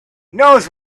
knows